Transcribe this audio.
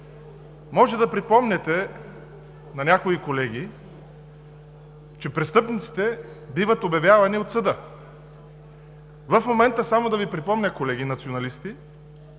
може да припомните на някои колеги, че престъпниците биват обявявани от съда. В момента само да Ви припомня, колеги националисти,